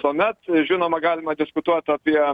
tuomet žinoma galima diskutuot apie